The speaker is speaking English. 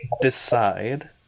decide